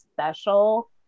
special